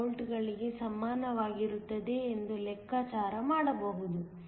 71 ವೋಲ್ಟ್ಗಳಿಗೆ ಸಮನಾಗಿರುತ್ತದೆ ಎಂದು ಲೆಕ್ಕಾಚಾರ ಮಾಡಬಹುದು